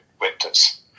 winters